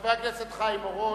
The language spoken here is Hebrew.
חבר הכנסת חיים אורון,